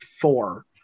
four